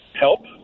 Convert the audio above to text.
help